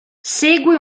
segue